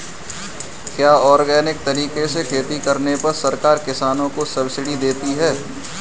क्या ऑर्गेनिक तरीके से खेती करने पर सरकार किसानों को सब्सिडी देती है?